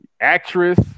actress